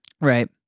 Right